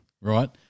right